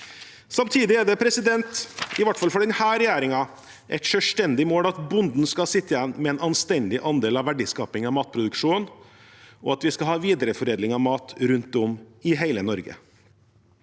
Samtidig er det, i hvert fall for denne regjeringen, et selvstendig mål at bonden skal sitte igjen med en anstendig andel av verdiskapingen i matproduksjonen, og at vi skal ha videreforedling av mat rundt om i hele Norge.